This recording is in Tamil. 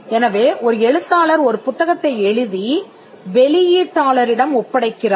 எனவே ஒரு எழுத்தாளர் ஒரு புத்தகத்தை எழுதி வெளியீட்டாள ரிடம் ஒப்படைக்கிறார்